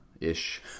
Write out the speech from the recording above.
ish